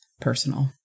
personal